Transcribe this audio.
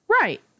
Right